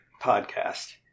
Podcast